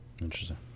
Interesting